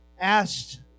asked